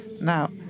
Now